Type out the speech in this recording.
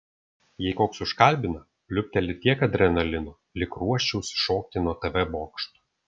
jei koks užkalbina pliūpteli tiek adrenalino lyg ruoščiausi šokti nuo tv bokšto